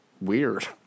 weird